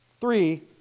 Three